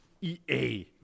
EA